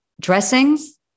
dressings